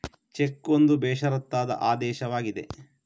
check ಒಂದು ಬೇಷರತ್ತಾದ ಆದೇಶವಾಗಿದೆ